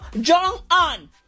Jong-un